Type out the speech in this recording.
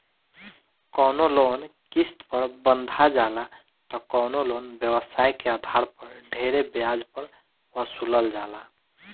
कवनो लोन किस्त पर बंधा जाला त कवनो लोन व्यवसाय के आधार पर ढेरे ब्याज पर वसूलल जाला